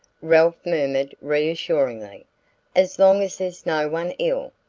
ralph murmured reassuringly as long as there's no one ill!